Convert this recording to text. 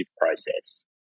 process